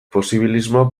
posibilismoa